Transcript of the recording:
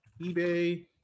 eBay